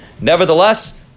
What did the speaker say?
Nevertheless